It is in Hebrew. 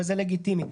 וזה לגיטימי,